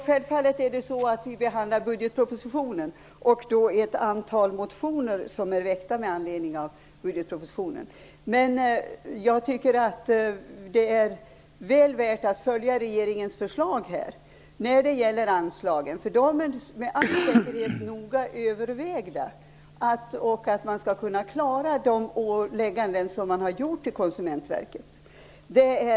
Herr talman! Självfallet behandlar vi budgetpropositionen och ett antal motioner som är väckta med anledning av den. Men jag tycker att det är väl värt att följa regeringens förslag när det gäller anslagen. De är med all säkerhet noga övervägda. Man skall kunna lägga fram dem, som man har gjort till Konsumentverket.